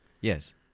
Yes